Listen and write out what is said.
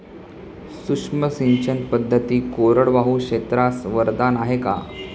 सूक्ष्म सिंचन पद्धती कोरडवाहू क्षेत्रास वरदान आहे का?